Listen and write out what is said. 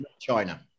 China